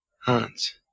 Hans